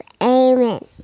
Amen